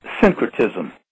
syncretism